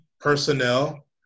personnel